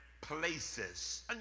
Places